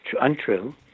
untrue